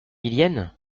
millienne